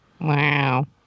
Wow